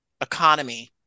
economy